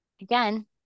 again